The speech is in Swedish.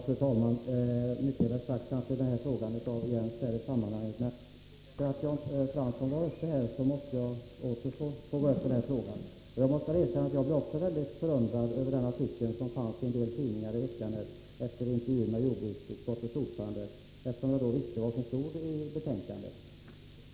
Fru talman! Mycket är sagt i denna fråga, men på grund av vad Jan Fransson sade måste jag begära ordet igen. Jag blev också mycket förvånad över den artikel i veckan som fanns i en del tidningar efter en intervju med jordbruksutskottets ordförande, då jag visste vad som stod i betänkandet.